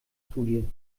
studie